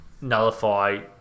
nullify